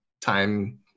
time